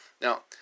Now